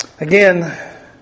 Again